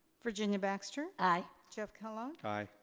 virginia baxter. i. jeff kellogg. i.